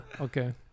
Okay